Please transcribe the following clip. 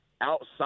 outside